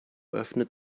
öffnet